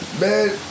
Man